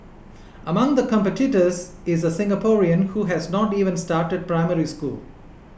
among the competitors is a Singaporean who has not even started Primary School